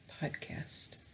Podcast